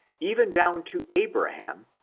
even down to abraham,